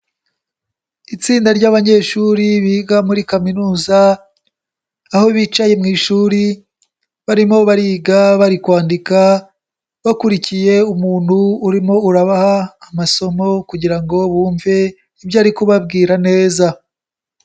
Itsinda ry'abanyeshuri biga muri kaminuza, aho bicaye mu ishuri barimo bariga, bari kwandika bakurikiye umuntu urimo urabaha amasomo kugira ngo bumve ibyo ari kubabwira neza.